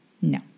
No